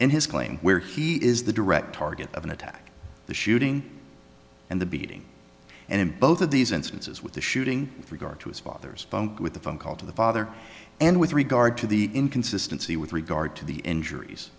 in his claim where he is the direct target of an attack the shooting and the beating and in both of these instances with the shooting with regard to his father's phone with the phone call to the father and with regard to the inconsistency with regard to the injuries